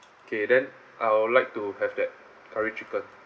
okay then I would like to have that curry chicken